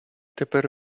тепер